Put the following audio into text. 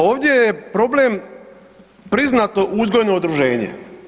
Ovdje je problem priznato uzgojno udruženje.